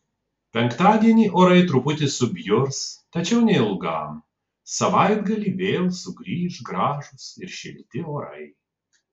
penktadienį orai truputį subjurs tačiau neilgam savaitgalį vėl sugrįš gražūs ir šilti orai